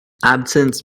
absence